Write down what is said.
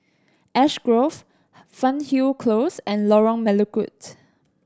Ash Grove Fernhill Close and Lorong Melukut